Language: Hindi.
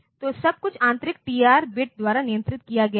तो सब कुछ आंतरिक टीआर बिट द्वारा नियंत्रित किया गया था